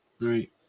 Right